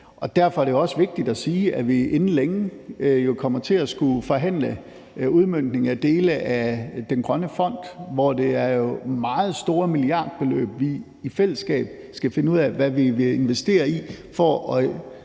derfor er det jo også vigtigt at sige, at vi inden længe kommer til at skulle forhandle om udmøntning af dele af den grønne fond, hvor det jo er meget store milliardbeløb, vi i fællesskab skal finde ud af hvad vi vil investere i for at